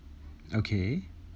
okay